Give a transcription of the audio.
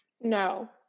No